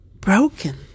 broken